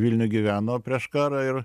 vilniuj gyveno prieš karą ir